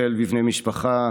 לטפל בבני משפחה.